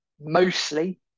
mostly